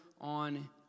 on